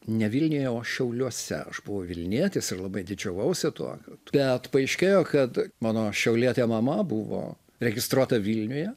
ne vilniuje o šiauliuose aš buvau vilnietis ir labai didžiavausi tuo bet paaiškėjo kad mano šiaulietė mama buvo registruota vilniuje